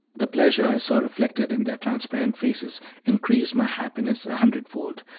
the pleasure i saw reflected in their transparent faces increased my happiness a hundredfold,